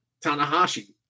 Tanahashi